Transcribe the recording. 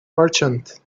merchant